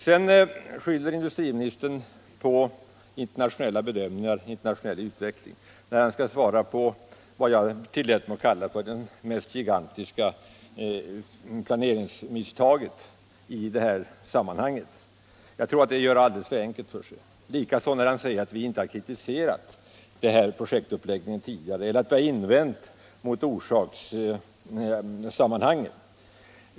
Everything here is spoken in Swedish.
Sedan skyller industriministern på internationella bedömningar och den internationella utvecklingen när han skall bemöta de påståenden jag tillät mig göra, nämligen att detta är det mest gigantiska planeringsmisstaget inom industrin. Jag tror att det är att göra det alldeles för enkelt för sig. Likaså gör industriministern det enkelt för sig när han säger att vi inte kritiserat projektuppläggningen tidigare eller gjort invändningar.